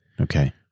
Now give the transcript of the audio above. Okay